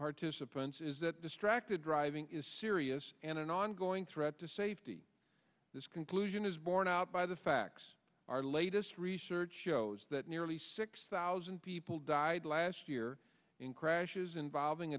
participants is that distracted driving is serious and an ongoing threat to safety this conclusion is borne out by the facts our latest research shows that nearly six thousand people died last year in crashes involving